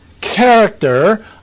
character